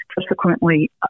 subsequently